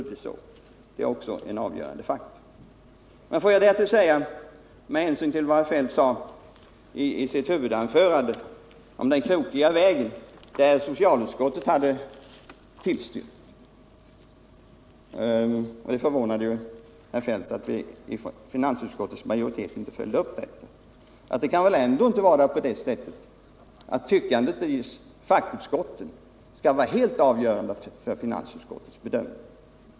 Det är också en avgörande faktor. Får jag vidare med hänsyn till vad herr Feldt sade i sitt huvudanförande om den krokiga vägen — socialutskottet hade tillstyrkt förslaget, och det förvånade honom att finansutskottets majoritet inte hade följt det — bara säga att ett tyckande i fackutskotten ju inte kan vara helt avgörande för finansutskottets bedömning.